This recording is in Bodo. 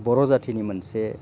बर' जाथिनि मोनसे